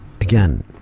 Again